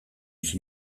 son